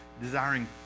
desiring